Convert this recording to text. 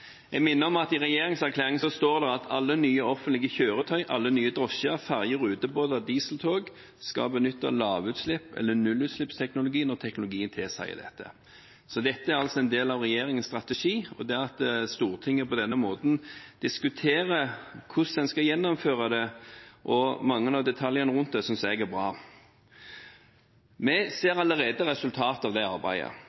Jeg minner om at i regjeringserklæringen står det at «alle nye offentlige kjøretøy, og alle ny drosjer, ferger, rutebåter og dieseltog, benytter lav- eller nullutslippsteknologi når teknologien tilsier dette». Dette er altså en del av regjeringens strategi, og det at Stortinget på denne måten diskuterer hvordan en skal gjennomføre det, og mange av detaljene rundt det, synes jeg er bra. Vi ser allerede resultater av dette arbeidet.